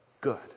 good